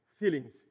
Feelings